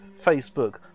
Facebook